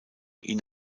ihn